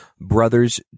Brothers